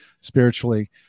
spiritually